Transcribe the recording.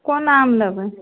कोन आम लेबै